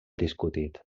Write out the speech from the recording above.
discutit